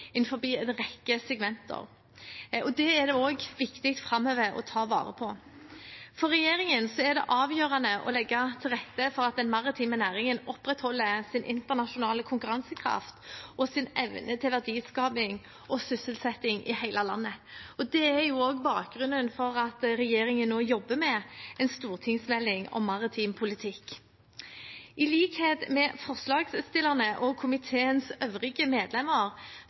en rekke segmenter. Det er det viktig å ta vare på også framover. For regjeringen er det avgjørende å legge til rette for at den maritime næringen opprettholder sin internasjonale konkurransekraft og evne til verdiskaping og sysselsetting i hele landet. Det er også bakgrunnen for at regjeringen nå jobber med en stortingsmelding om maritim politikk. I likhet med forslagsstillerne og komiteens øvrige medlemmer